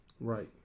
Right